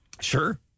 Sure